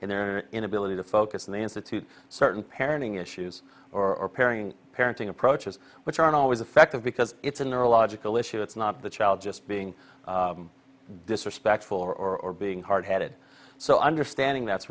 and their inability to focus on the institute certain parenting issues or pairing parenting approaches which aren't always effective because it's a neurological issue it's not the child just being disrespectful or being hardheaded so understanding that's